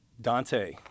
Dante